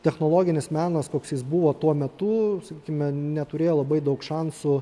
technologinis menas koks jis buvo tuo metu sakykime neturėjo labai daug šansų